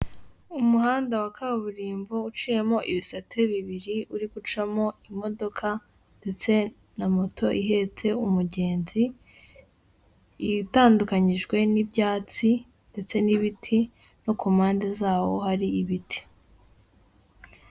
Umuhanda wa kaburimbo uciyemo ibisate bibiri uri gucamo imodoka, ndetse na moto ihetse umugenzi, itandukanyijwe n'ibyatsi, ndetse n'ibiti, no ku mpande zawo hari ibiti.